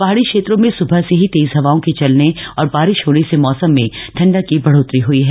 पहाड़ी क्षेत्रों में सुबह से ही तेज हवाओं के चलने और बारिश होने से मौसम में ठंडक की बढ़ोत्तरी हयी है